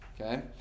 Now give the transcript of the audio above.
okay